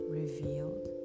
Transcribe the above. revealed